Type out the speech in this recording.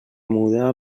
muda